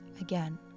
Again